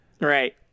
Right